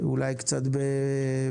אולי קצת באילת,